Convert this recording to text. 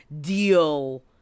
deal